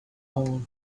hall